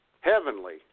heavenly –